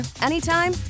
anytime